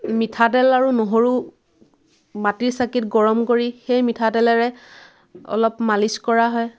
মিঠাতেল আৰু নহৰু মাটিৰ চাকিত গৰম কৰি সেই মিঠাতেলেৰে অলপ মালিছ কৰা হয়